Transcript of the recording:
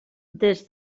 des